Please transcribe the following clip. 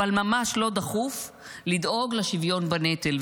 אבל ממש לא דחוף לדאוג לשוויון בנטל,